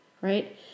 Right